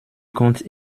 comte